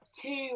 two